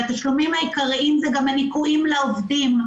והתשלומים העיקרים הם גם הניכויים לעובדים,